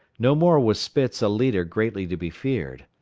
no more was spitz a leader greatly to be feared.